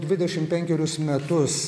dvidešim penkerius metus